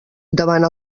davant